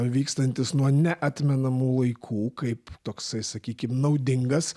vykstantis nuo neatmenamų laikų kaip toksai sakykim naudingas